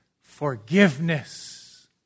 forgiveness